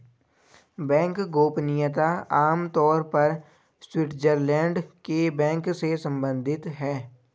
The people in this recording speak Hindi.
बैंक गोपनीयता आम तौर पर स्विटज़रलैंड के बैंक से सम्बंधित है